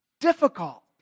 difficult